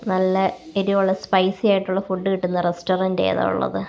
നല്ല എരിവുള്ള സ്പൈസി ആയിട്ടുള്ള ഫുഡ്ഡ് കിട്ടുന്ന റസ്റ്റൊറന്റ് ഏതാണ് ഉള്ളത്